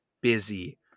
busy